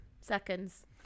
Seconds